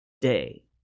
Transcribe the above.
day